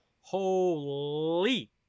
holy